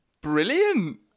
Brilliant